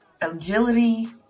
agility